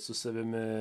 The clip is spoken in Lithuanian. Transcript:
su savimi